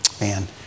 man